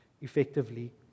effectively